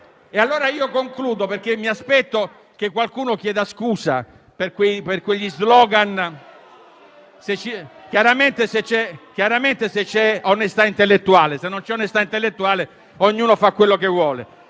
parlare! Concludo perché mi aspetto che qualcuno chieda scusa per quegli *slogan*, chiaramente se c'è onestà intellettuale; se non c'è onestà intellettuale, ognuno fa ciò che vuole.